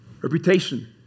Reputation